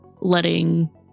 letting